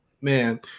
Man